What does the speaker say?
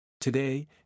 Today